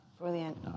Brilliant